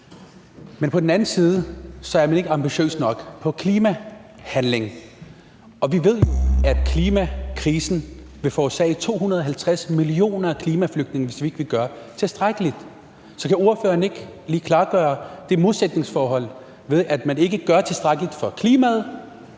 men på den anden side er man ikke ambitiøs nok i forhold til klimahandling. Og vi ved jo, at klimakrisen vil forårsage 250 millioner klimaflygtninge, hvis ikke vi gør tilstrækkeligt. Så kan ordføreren ikke lige klargøre det modsætningsforhold, altså at man ikke gør tilstrækkeligt for klimaet,